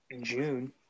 June